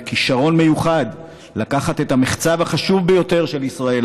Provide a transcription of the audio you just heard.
וכישרון מיוחד לקחת את המחצב החשוב ביותר של ישראל,